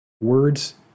words